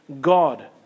God